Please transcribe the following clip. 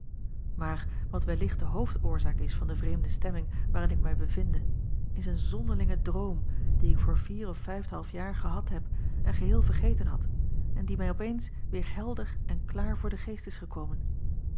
aar wat wellicht de hoofdoorzaak is van de vreemde stemming waarin ik mij bevinde is een zonderlinge droom dien ik voor vier of vijfd half jaar gehad heb en geheel vergeten had en die mij op eens weêr helder en klaar voor den geest is gekomen